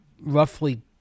roughly